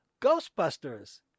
Ghostbusters